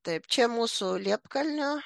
taip čia mūsų liepkalnio